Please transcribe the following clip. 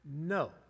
no